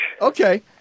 Okay